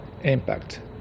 impact